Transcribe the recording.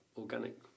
organic